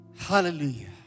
Hallelujah